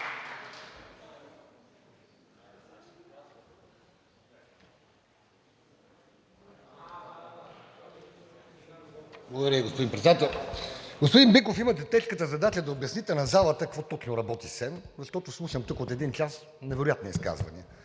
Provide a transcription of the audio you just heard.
Благодаря Ви, господин Председател! Господин Биков, имате тежката задача да обясните на залата какво точно работи СЕМ, защото слушам тук от един час невероятни изказвания.